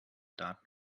daten